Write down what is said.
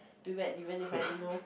too bad even If I know